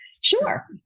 Sure